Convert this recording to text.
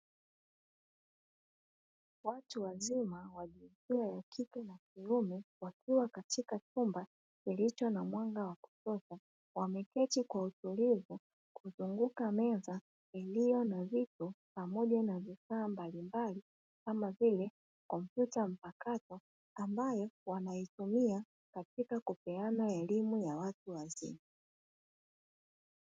Watu wazima wakiwa wakike na wakiume wakiwa katika chumba kilicho na mwanga wa kutosha wameketi kwa utulivu kuzunguka meza, iliyo na viti na vifaa mbalimbali kama vile kompyuta mpakato ambayo wanaitumia kupeana elimu ya watu wazima.